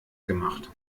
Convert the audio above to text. gemacht